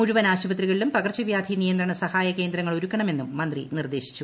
മുഴുവൻ ആശുപത്രികളിലും പകർച്ചവ്യാധി നിയന്ത്രണ സഹായ കേന്ദ്രങ്ങൾ ഒരുക്കണമെന്നും മന്ത്രി നിർദ്ദേശിച്ചു